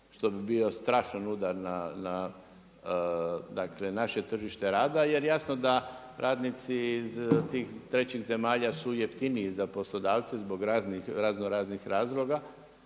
što bi bio strašan udar na naše tržište rada jer jasno da radnici iz tih trećih zemalja su jeftiniji za poslodavce zbog raznih raznoraznih razloga,